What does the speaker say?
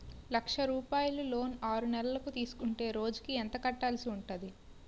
లక్ష రూపాయలు లోన్ ఆరునెలల కు తీసుకుంటే రోజుకి ఎంత కట్టాల్సి ఉంటాది?